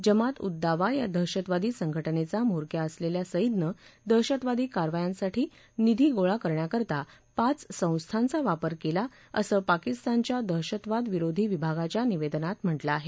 जमात उद् दावा या दहशतवादी संघटनेचा म्होरक्या असलेल्या सईदनं दहशतवादी कारवायांसाठी निधी गोळा करण्याकरता पाच संस्थांचा वापर केला असं पाकिस्तानच्या दहशतवादविरोधी विभागाच्या निवेदनात म्हटलं आहे